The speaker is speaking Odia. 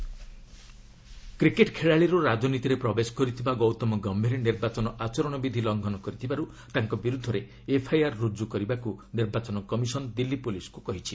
EC Gautam Gambhir FIR cricket ଖେଳାଳିରୁ ରାଜନୀତିରେ ପ୍ରବେଶ କରିଥିବା ଗୌତମ ଗମ୍ଭୀର ନିର୍ବାଚନ ଆଚରଣବିଧି ଲଙ୍ଘନ କରିଥିବାରୁ ତାଙ୍କ ବିରୁଦ୍ଧରେ ଏଫ୍ଆଇଆର୍ ରୁଜୁ କରିବାକୁ ନିର୍ବାଚନ କମିଶନ୍ ଦିଲ୍ଲୀ ପୁଲିସ୍କୁ କହିଛି